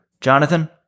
Jonathan